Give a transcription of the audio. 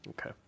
Okay